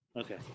Okay